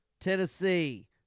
Tennessee